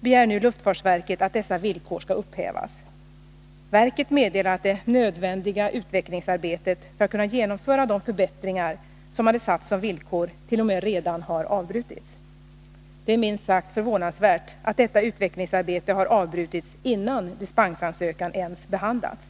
begär nu luftfartsverket att dessa villkor skall upphävas. Verket meddelar att det nödvändiga utvecklingsarbetet för att kunna genomföra de förbättringar som hade satts som villkor t.o.m. redan har avbrutits. Det är minst sagt förvånansvärt att detta utvecklingsarbete har avbrutits innan dispensansökan ens behandlats.